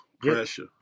pressure